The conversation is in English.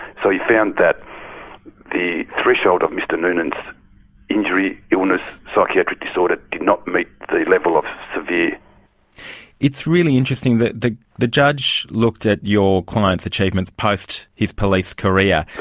so he found that the threshold of mr noonan's injury, illness, psychiatric disorder did not meet the level of severe. it's really interesting, the the judge looked at your client's achievements post his police career.